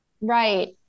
Right